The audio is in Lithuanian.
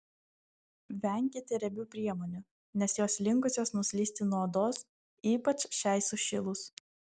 venkite riebių priemonių nes jos linkusios nuslysti nuo odos ypač šiai sušilus